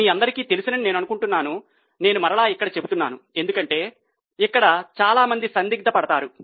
మీ అందరికీ తెలుసని నేను అనుకుంటున్నాను నేను మరల ఇక్కడ చెబుతున్నాను ఎందుకంటే ఇక్కడ చాలామంది సందిగ్ధ పడతారు